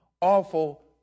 awful